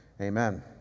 Amen